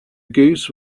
goose